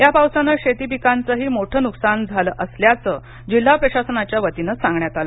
या पावसाने शेती पिकांचेही मोठे नुकसान झाल असल्याचे जिल्हा प्रशासनाच्या वतीने सांगण्यात आल